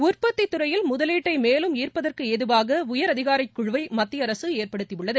உற்பத்தித் துறையில் முதலீட்டை மேலும் ஈர்ப்பதற்கு ஏதுவாக உயர் அதிகாரக்குழுவை மத்திய அரசு ஏற்படுத்தியுள்ளது